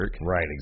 Right